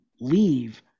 leave